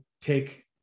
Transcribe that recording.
take